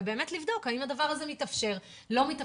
ובאמת לבדוק האם הדבר הזה מתאפשר או לא.